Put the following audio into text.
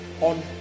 on